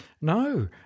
No